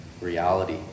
reality